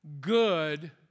good